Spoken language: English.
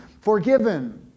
forgiven